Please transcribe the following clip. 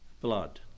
blood